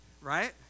Right